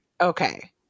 Okay